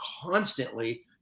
constantly